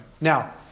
Now